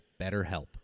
BetterHelp